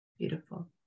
beautiful